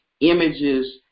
images